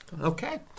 Okay